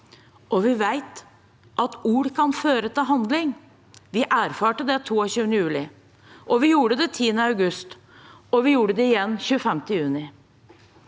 Vi vet at ord kan føre til handling. Vi erfarte det 22. juli, vi gjorde det 10. august, og vi gjorde det igjen 25. juni.